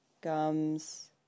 gums